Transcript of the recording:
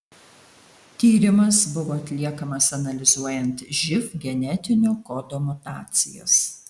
tyrimas buvo atliekamas analizuojant živ genetinio kodo mutacijas